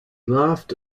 laughed